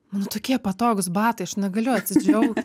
mano tokie patogūs batai aš negaliu atsidžiau